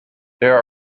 there